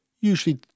usually